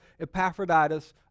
Epaphroditus